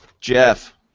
Jeff